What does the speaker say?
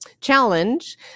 challenge